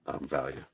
value